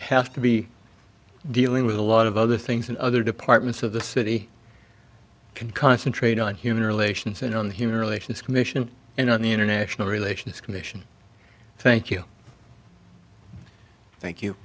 have to be dealing with a lot of other things and other departments of the city can concentrate on human relations and on the human relations commission and on the international relations commission thank you thank you